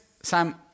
Sam